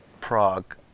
prague